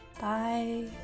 Bye